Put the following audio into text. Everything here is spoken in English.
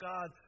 God